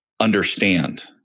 understand